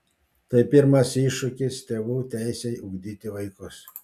tai pirmas iššūkis tėvų teisei ugdyti vaikus